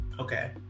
okay